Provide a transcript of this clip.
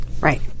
Right